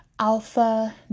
Alpha